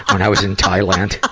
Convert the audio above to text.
when i was in thailand.